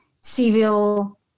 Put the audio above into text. civil